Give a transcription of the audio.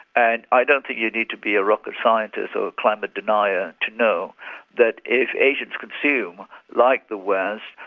and i don't think you need to be a rocket scientist so a climate denier to know that if asians consume like the west,